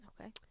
Okay